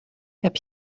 heb